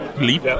Leap